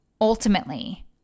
ultimately